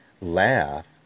laugh